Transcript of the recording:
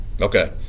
Okay